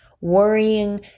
worrying